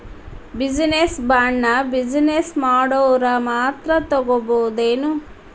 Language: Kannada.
ಬಿಜಿನೆಸ್ ಬಾಂಡ್ನ ಬಿಜಿನೆಸ್ ಮಾಡೊವ್ರ ಮಾತ್ರಾ ತಗೊಬೊದೇನು?